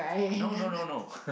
no no no no